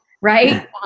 right